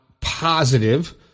positive